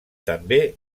també